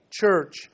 church